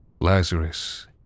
Lazarus